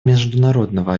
международного